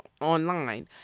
online